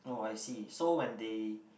oh I see so when they